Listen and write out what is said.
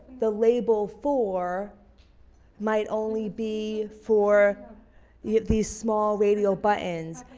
the label for might only be for yeah these small radio buttons.